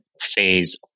phase